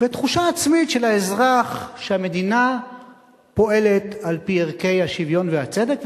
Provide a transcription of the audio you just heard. ותחושה עצמית של האזרח שהמדינה פועלת על-פי ערכי השוויון והצדק,